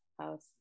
house